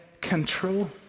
control